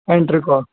اینٹریکا